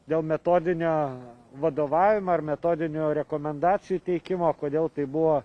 dėl metodinio vadovavimo ir metodinių rekomendacijų teikimo kodėl taip buvo